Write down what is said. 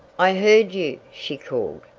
i heard you, she called.